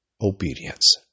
obedience